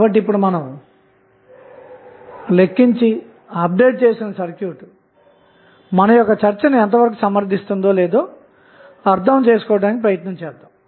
కాబట్టి ఇప్పుడు మనం లెక్కించి అప్డేట్ చేసిన సర్క్యూట్ మన యొక్క చర్చను సమర్థిస్తుందో లేదో అర్థం చేసుకోవడానికి ప్రయత్నిద్దాం